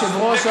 אם אתה